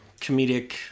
comedic